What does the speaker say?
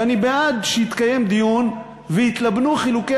ואני בעד שיתקיים דיון ויתלבנו חילוקי